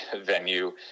venue